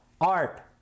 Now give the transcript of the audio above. art